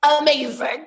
amazing